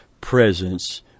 presence